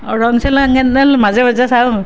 অঁ ৰং চেনেল মাজে মাজে চাওঁ